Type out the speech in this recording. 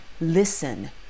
listen